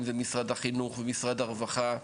אם זה משרד החינוך ומשרד הרווחה.